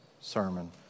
sermon